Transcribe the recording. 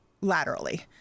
laterally